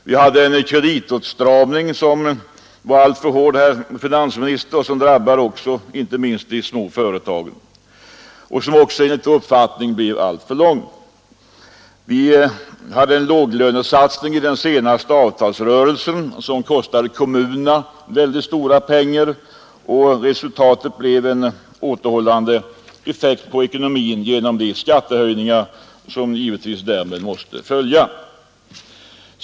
Vi hade en kreditåtstramning som var alltför hård, herr finansminister, och som drabbade inte minst de små företagen och som därtill enligt vår uppfattning blev alltför långvarig. Vi hade en låglönesatsning i den senaste avtalsrörelsen som kostade kommunerna stora pengar, och resultatet blev en återhållande effekt på ekonomin genom de skattehöjningar som givetvis måste följa därmed.